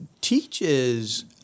teaches